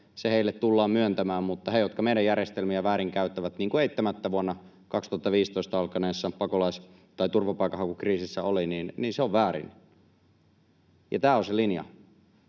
se tullaan myöntämään, mutta heidän osaltaan, jotka meidän järjestelmiämme väärinkäyttävät, niin kuin eittämättä vuonna 2015 alkaneessa turvapaikanhakukriisissä oli, se on väärin. Tämä on se linja.